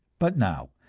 but now,